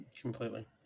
Completely